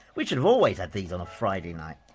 we should have always had these on a friday night!